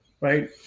right